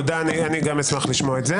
אני גם אשמח לשמוע את זה.